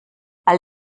all